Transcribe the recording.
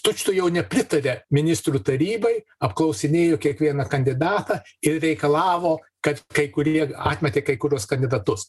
tučtuojau nepritaria ministrų tarybai apklausinėjo kiekvieną kandidatą ir reikalavo kad kai kurie atmetė kai kuriuos kandidatus